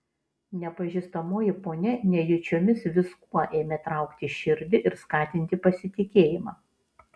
nepažįstamoji ponia nejučiomis viskuo ėmė traukti širdį ir skatinti pasitikėjimą